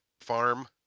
farm